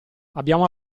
abbiamo